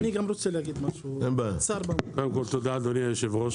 תודה, אדוני היו"ר.